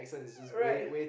right